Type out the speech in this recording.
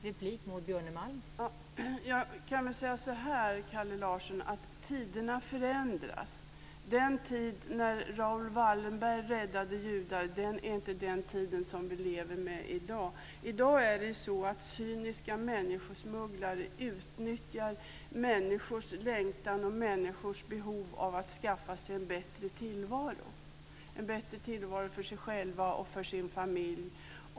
Fru talman! Jag kan säga så här, Kalle Larsson, att tiderna förändras. Den tid när Raoul Wallenberg räddade judar är inte den tid vi lever i i dag. I dag utnyttjar cyniska människosmugglare människors längtan och behov av att skaffa sig en bättre tillvaro för sig själva och sin familj.